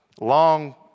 long